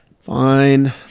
Fine